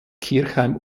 kirchheim